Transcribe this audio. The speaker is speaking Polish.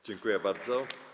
Dziękuję bardzo.